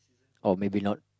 or maybe not